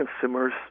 consumers